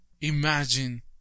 Imagine